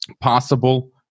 possible